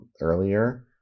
earlier